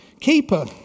keeper